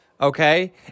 okay